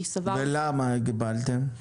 למה הגבלתם?